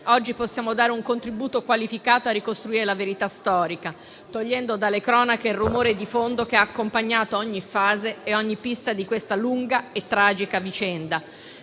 oggi possiamo dare un contributo qualificato a ricostruire la verità storica, togliendo dalle cronache il rumore di fondo che ha accompagnato ogni fase e ogni pista di questa lunga e tragica vicenda,